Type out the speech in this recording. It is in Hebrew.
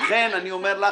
לכן אני אומר לך: